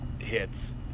hits